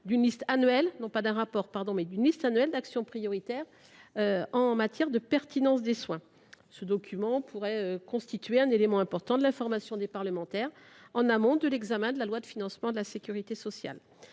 d’une liste annuelle d’actions prioritaires en matière de pertinence des soins. Ce document pourrait constituer un élément important de l’information des parlementaires, en amont de l’examen de la loi de financement de la sécurité sociale.